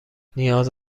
نیاز